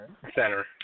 Center